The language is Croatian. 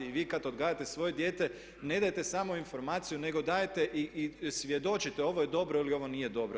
Vi kad odgajate svoje dijete ne dajete samo informaciju nego dajete i svjedočite ovo je dobro ili ovo nije dobro.